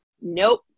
Nope